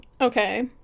Okay